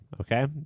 Okay